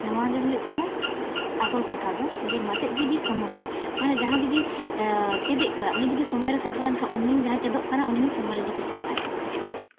ᱱᱚᱣᱟᱜᱮ ᱦᱩᱭᱩᱜ ᱠᱟᱱᱟ ᱟᱥᱚᱞ ᱠᱟᱛᱷᱟ ᱫᱚ ᱡᱮ ᱢᱟᱪᱮᱫ ᱡᱩᱫᱤ ᱥᱚᱢᱚᱭ ᱨᱮ ᱢᱟᱱᱮ ᱡᱟᱦᱟᱸ ᱡᱩᱫᱤ ᱪᱮᱫ ᱠᱚᱣᱟᱭ ᱩᱱᱤ ᱡᱩᱫᱤ ᱥᱚᱢᱚᱭ ᱨᱮ ᱥᱮᱴᱮᱨ ᱞᱮᱱᱠᱷᱟᱱ ᱩᱱᱤ ᱡᱟᱦᱟᱸᱭ ᱪᱮᱫᱚᱜ ᱠᱟᱱᱟᱭ ᱩᱱᱤ ᱦᱚᱸ ᱥᱚᱢᱚᱭ ᱨᱮᱜᱮ ᱥᱮᱴᱮᱨᱚᱜᱼᱟᱭ